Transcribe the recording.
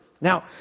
Now